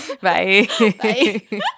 Bye